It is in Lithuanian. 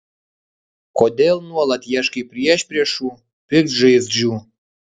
kodėl nuolat ieškai priešpriešų piktžaizdžių